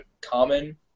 common